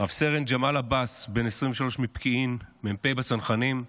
רס"ן ג'מאל עבאס, בן 23 מפקיעין, מ"פ בצנחנים,